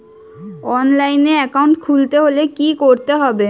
অনলাইনে একাউন্ট খুলতে হলে কি করতে হবে?